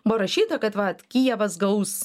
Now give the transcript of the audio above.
parašyta kad vat kijevas gaus